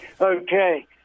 Okay